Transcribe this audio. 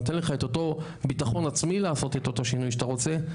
שנותן לך את אותו ביטחון עצמי לעשות את אותו שינוי שאתה רוצה,